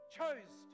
chose